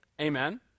Amen